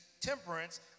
temperance